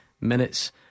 minutes